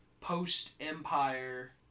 post-Empire